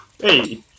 Hey